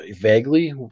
vaguely